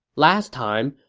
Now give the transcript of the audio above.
last time,